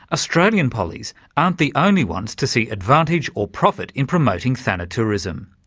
australian pollies aren't the only ones to see advantage or profit in promoting thanatourism.